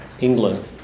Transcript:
England